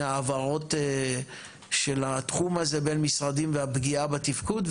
העברות של התחום הזה בין משרדים והפגיעה בתפקוד,